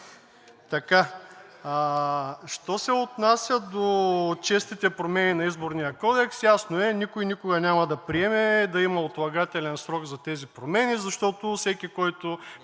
Що се отнася до честите промени на Изборния кодекс, е ясно, че никой никога няма да приеме да има отлагателен срок за тези промени, защото всеки, който